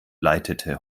leitete